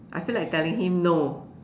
I feel like telling him no